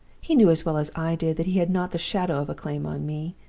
he knew as well as i did that he had not the shadow of a claim on me.